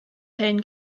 hen